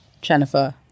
Jennifer